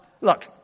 look